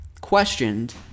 questioned